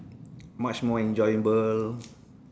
much more enjoyable